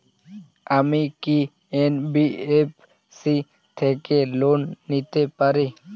আমি কি এন.বি.এফ.সি থেকে লোন নিতে পারি?